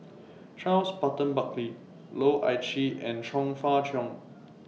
Charles Burton Buckley Loh Ah Chee and Chong Fah Cheong